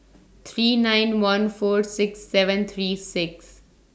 three nine one four six seven three six